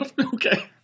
Okay